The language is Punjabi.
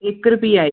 ਇਕ ਰੁਪਈਆ ਏ